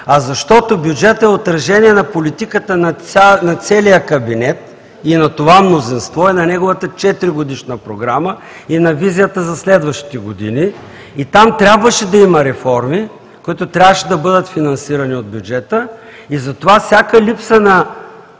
а защото бюджетът е отражение на политиката на целия кабинет и на това мнозинство, и на неговата четиригодишна програма, и на визията за следващите години, и там трябваше да има реформи, които трябваше да бъдат финансирани от бюджета. Затова всяка липса на